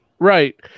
Right